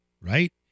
right